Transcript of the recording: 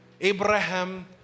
Abraham